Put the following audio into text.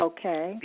Okay